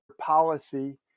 policy